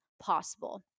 possible